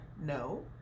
No